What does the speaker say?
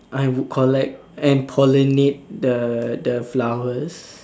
I would collect and pollinate the the flowers